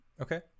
Okay